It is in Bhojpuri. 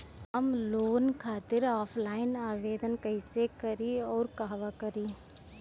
हम लोन खातिर ऑफलाइन आवेदन कइसे करि अउर कहवा करी?